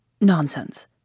Nonsense